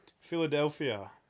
Philadelphia